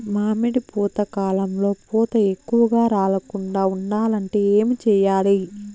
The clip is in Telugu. మామిడి పూత కాలంలో పూత ఎక్కువగా రాలకుండా ఉండాలంటే ఏమి చెయ్యాలి?